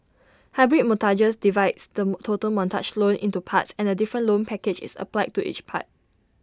hybrid mortgages divides the total mortgage loan into parts and A different loan package is applied to each part